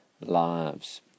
lives